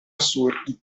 assurdi